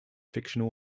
fictional